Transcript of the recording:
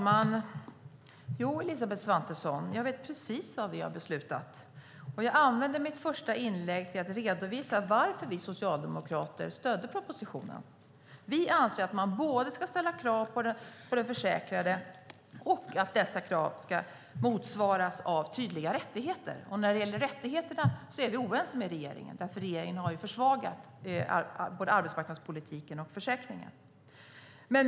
Fru talman! Jo, jag vet precis vad vi har beslutat, Elisabeth Svantesson. Jag använde mitt första inlägg till att redovisa varför vi socialdemokrater stödde propositionen. Vi anser både att man ska ställa krav på den försäkrade och att dessa krav ska motsvaras av tydliga rättigheter. När det gäller rättigheterna är vi oense med regeringen, för regeringen har försvagat både arbetsmarknadspolitiken och försäkringen.